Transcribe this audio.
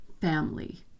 family